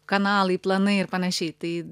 kanalai planai ir panašiai tai